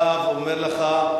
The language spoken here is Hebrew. אני עכשיו אומר לך,